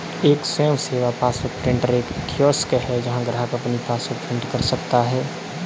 एक स्वयं सेवा पासबुक प्रिंटर एक कियोस्क है जहां ग्राहक अपनी पासबुक प्रिंट कर सकता है